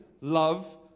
love